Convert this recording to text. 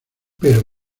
pero